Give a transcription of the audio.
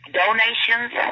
donations